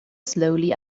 slowly